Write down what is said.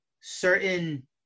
certain